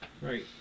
Right